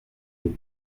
nous